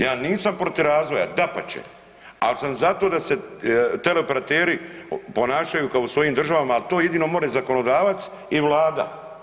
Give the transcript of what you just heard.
Ja nisam protiv razvoja, dapače ali sam zato da se tele operateri ponašaju kao u svojim državama a to jedino more zakonodavac i Vlada.